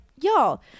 y'all